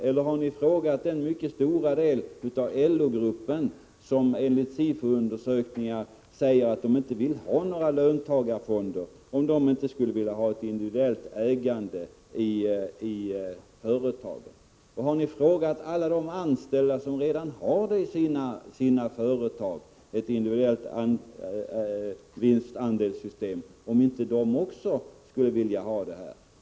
Eller har ni frågat den mycket stora del av LO-gruppen som enligt SIFO-undersökningar inte vill ha löntagarfonder, om de skulle vilja ha ett individuellt ägande i företagen? Har ni frågat alla de anställda som i sina företag redan har ett individuellt vinstandelssystem, om inte de också skulle vilja ha detta?